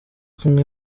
kumwe